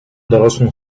dorosłym